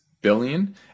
billion